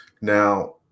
now